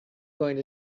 going